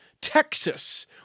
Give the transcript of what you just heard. Texas